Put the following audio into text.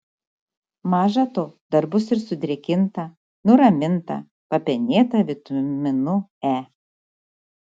maža to dar bus ir sudrėkinta nuraminta papenėta vitaminu e